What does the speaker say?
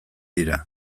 dira